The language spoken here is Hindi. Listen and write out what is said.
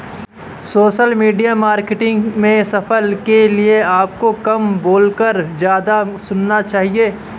सोशल मीडिया मार्केटिंग में सफलता के लिए आपको कम बोलकर ज्यादा सुनना चाहिए